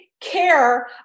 care